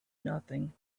nothing